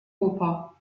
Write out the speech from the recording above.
oper